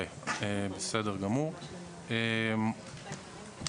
תיקון חשוב.